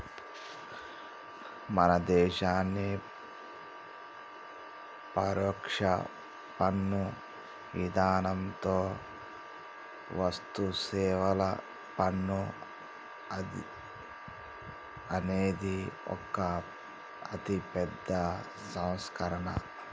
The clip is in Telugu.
మన దేసంలోని పరొక్ష పన్ను ఇధానంతో వస్తుసేవల పన్ను అనేది ఒక అతిపెద్ద సంస్కరణ